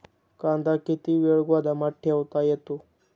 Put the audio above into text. कांदा किती वेळ गोदामात ठेवता येतो?